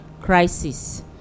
crisis